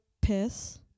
piss